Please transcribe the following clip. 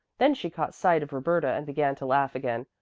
then she caught sight of roberta and began to laugh again.